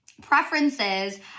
preferences